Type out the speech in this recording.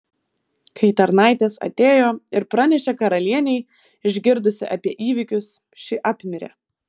kai tarnaitės atėjo ir pranešė karalienei išgirdusi apie įvykius ši apmirė